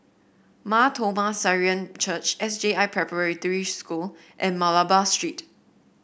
Mar Thoma Syrian Church S J I Preparatory School and Malabar Street